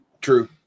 True